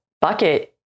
bucket